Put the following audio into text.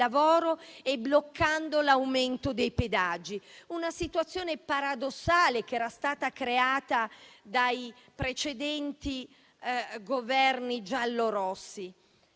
e bloccando l'aumento dei pedaggi; una situazione paradossale, che era stata creata dai precedenti Governi giallorossi.